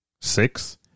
six